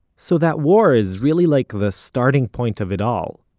so that war is really like the starting point of it all.